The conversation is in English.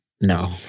No